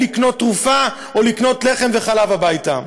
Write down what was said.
אם לקנות תרופה או לקנות לחם וחלב הביתה.